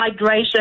hydration